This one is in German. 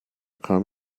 kam